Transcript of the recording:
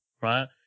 right